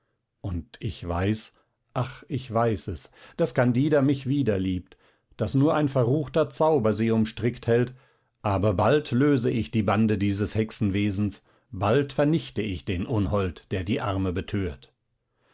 und ich weiß ach ich weiß es daß candida mich wieder liebt daß nur ein verruchter zauber sie umstrickt hält aber bald löse ich die bande dieses hexenwesens bald vernichte ich den unhold der die arme betört